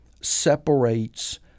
separates